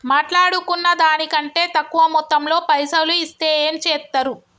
మాట్లాడుకున్న దాని కంటే తక్కువ మొత్తంలో పైసలు ఇస్తే ఏం చేత్తరు?